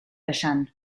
esan